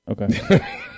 Okay